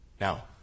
Now